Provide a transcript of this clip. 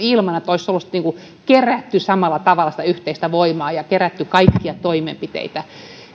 ilman että olisi kerätty samalla tavalla sitä yhteistä voimaa ja kerätty kaikkia toimenpiteitä